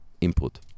input